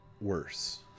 worse